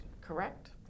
correct